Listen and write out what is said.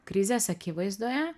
krizės akivaizdoje